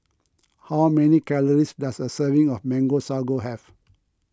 how many calories does a serving of Mango Sago have